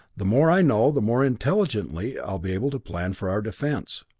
the more i know, the more intelligently i'll be able to plan for our defense.